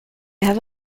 have